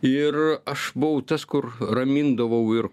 ir aš buvau tas kur ramindavau ir